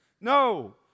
No